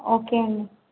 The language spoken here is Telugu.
ఓకే అండీ